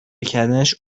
کردنش